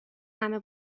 همه